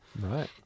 right